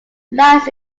lies